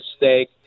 mistake